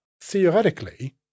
Theoretically